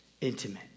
intimate